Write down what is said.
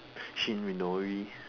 Shin-Minori